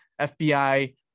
fbi